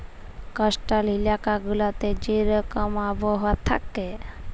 coastal ইলাকা গুলাতে যে রকম আবহাওয়া থ্যাকে